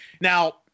now